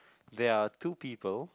there are two people